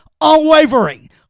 Unwavering